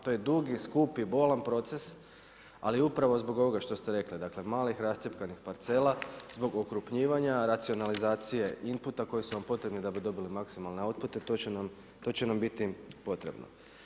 To je dug i skup i bolan proces, ali upravo zbog toga što ste rekli dakle malih rascjepkanih parcela, zbog okrupnjivanja, racionalizacije inputa koji su vam potrebni da bi dobili maksimalne outpute to će nam biti potrebno.